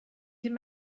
can